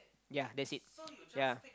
ya that's it ya